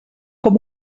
com